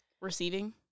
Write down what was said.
receiving